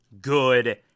good